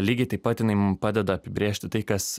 lygiai taip pat jinai mum padeda apibrėžti tai kas